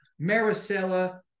Maricela